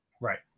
Right